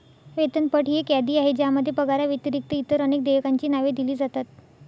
वेतनपट ही एक यादी आहे ज्यामध्ये पगाराव्यतिरिक्त इतर अनेक देयकांची नावे दिली जातात